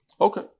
Okay